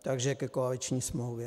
Takže ke koaliční smlouvě.